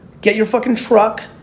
get your fucking truck,